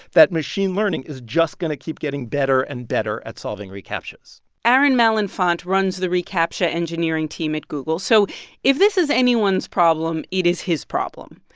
that machine learning is just going to keep getting better and better at solving recaptchas aaron malenfant runs the recaptcha engineering team at google. so if this is anyone's problem, it is his problem.